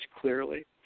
clearly